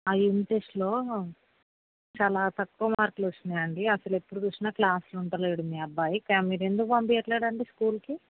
ఆ యూనిట్ టెస్ట్లో చాలా తక్కువ మార్కులు వచ్చినాయండి అసల ఎప్పుడు చూసినా క్లాసులో ఉంటలేడు మీ అబ్బాయి క మీరు ఎందుకు పంపీయట్లేదండి స్కూల్కి